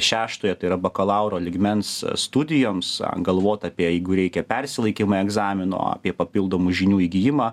šeštojo tai yra bakalauro lygmens studijoms galvot apie jeigu reikia persilaikymą egzamino apie papildomų žinių įgijimą